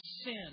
sin